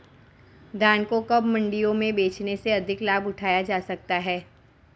धान को कब मंडियों में बेचने से अधिक लाभ उठाया जा सकता है?